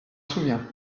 souviens